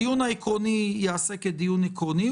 הדיון העקרוני ייעשה כדיון עקרוני.